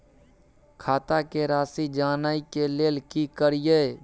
खाता के राशि जानय के लेल की करिए?